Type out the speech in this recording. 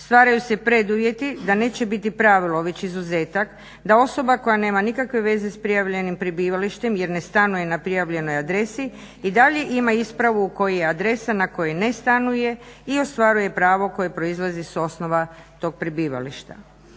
Stvaraju se preduvjeti da neće biti pravilo već izuzetak da osoba koja nema nikakve veze s prijavljenim prebivalištem jer ne stanuje na prijavljenoj adresi i dalje ima ispravu u kojoj je adresa na kojoj ne stanuje i ostvaruje pravo koje proizlazi s osnova tog prebivališta.